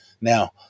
Now